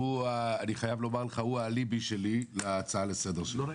אני חייב לומר לך, הוא האליבי שלי להצעה לסדר שלי.